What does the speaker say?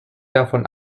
davon